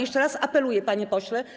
Jeszcze raz apeluje, panie pośle.